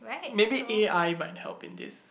maybe A I might help in this